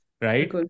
right